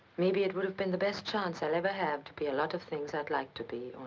maybe it would have been the best chance i'll ever have. to be a lot of things i'd like to be.